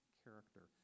character